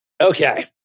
Okay